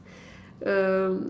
um